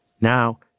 now